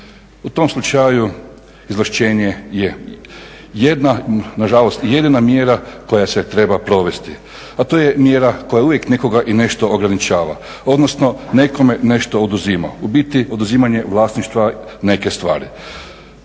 U tom slučaju izvlašćenje je jedna, na žalost i jedina mjera koja se treba provesti, a to je mjera koja uvijek nekoga i nešto ograničava, odnosno nekome nešto oduzima. U biti oduzimanje vlasništva neke stvari.